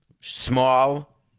small